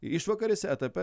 išvakarėse etape